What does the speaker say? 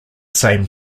same